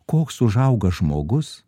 koks užauga žmogus